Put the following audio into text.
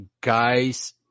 guys